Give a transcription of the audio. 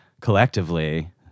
collectively